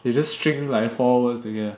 you just string like four words together